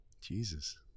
Jesus